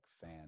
fan